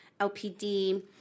LPD